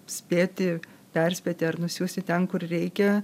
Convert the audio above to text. spėti perspėti ar nusiųsti ten kur reikia